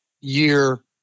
year